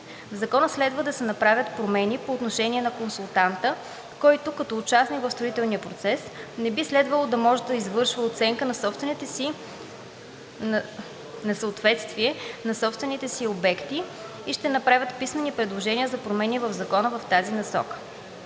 Закона следва да се направят промени по отношение на консултанта, който като участник в строителния процес, не би следвало да може да извършва оценка за съответствие на собствените си обекти и ще направят писмени предложения за промени в Закона в тази посока.